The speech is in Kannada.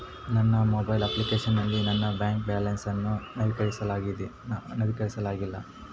ನನ್ನ ಮೊಬೈಲ್ ಅಪ್ಲಿಕೇಶನ್ ನಲ್ಲಿ ನನ್ನ ಬ್ಯಾಲೆನ್ಸ್ ಅನ್ನು ನವೀಕರಿಸಲಾಗಿಲ್ಲ